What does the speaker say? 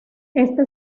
esta